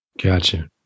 Gotcha